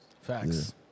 facts